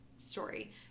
story